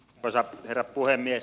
arvoisa herra puhemies